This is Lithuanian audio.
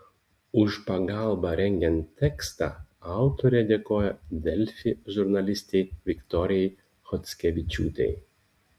už pagalbą rengiant tekstą autorė dėkoja delfi žurnalistei viktorijai chockevičiūtei